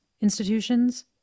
institutions